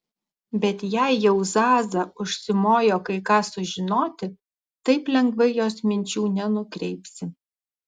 bet jei jau zaza užsimojo kai ką sužinoti taip lengvai jos minčių nenukreipsi